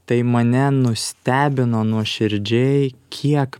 tai mane nustebino nuoširdžiai kiek